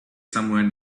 somewhere